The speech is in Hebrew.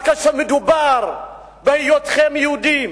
אבל כאשר מדובר בהיותכם יהודים,